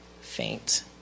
faint